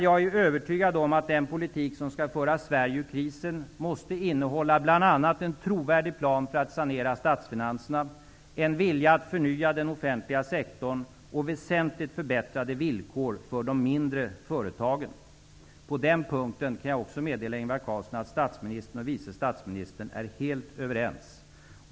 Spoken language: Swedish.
Jag är övertygad om att den politik som skall föra Sverige ur krisen bl.a. måste innehålla en trovärdig plan för att sanera statsfinanserna, en vilja att förnya den offentliga sektorn och väsentligt förbättrade villkor för de mindre företagen. På den punkten kan jag också meddela Ingvar Carlsson att statsministern och vice statsministern är helt överens.